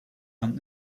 aunt